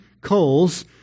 coals